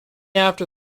after